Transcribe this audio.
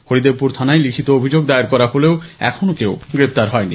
হরিদেবপুর থানায় লিখিত অভিযোগ দায়ের করা হলেও এখনো কেউ গ্রেপ্তার হয়নি